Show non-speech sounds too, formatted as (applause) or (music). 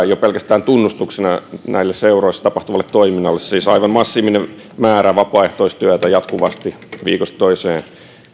(unintelligible) jo pelkästään tunnustuksena tälle seuroissa tapahtuvalle toiminnalle siis aivan massiivinen määrä vapaaehtoistyötä tehdään jatkuvasti viikosta toiseen